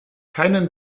keinen